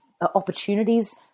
opportunities